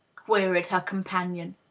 queried her companion.